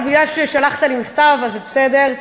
אבל בגלל ששלחת לי מכתב, אז זה בסדר.